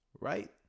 Right